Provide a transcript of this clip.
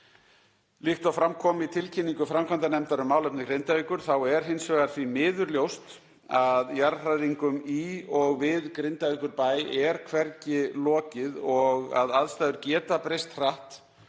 Líkt og fram kom í tilkynningu framkvæmdanefndar um málefni Grindavíkur þá er hins vegar því miður ljóst að jarðhræringum í og við Grindavíkurbæ er hvergi lokið og að aðstæður geta breyst hratt